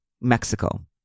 Mexico